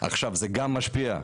עכשיו זה גם משפיע.